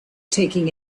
taking